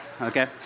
Okay